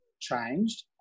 changed